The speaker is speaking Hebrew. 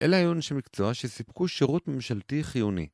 אלה היו אנשי מקצוע שסיפקו שירות ממשלתי חיוני.